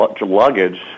luggage